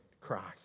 Christ